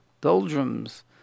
doldrums